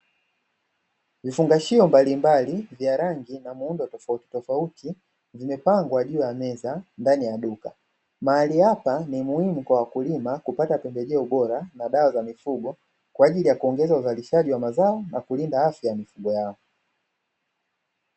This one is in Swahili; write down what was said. Vifungashio mbalimbali na vya rangi tofauti vimepangwa juu ya meza ndani ya duka, mahali hapa ni muhimu kwa wakulima kupata pembejeo bora na dawa za mifugo kwa ajili ya kuongeza uzalishaji wa mazao na kulinda afya ya mifugo yao.